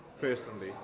Personally